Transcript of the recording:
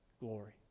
glory